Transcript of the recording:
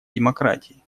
демократии